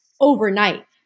overnight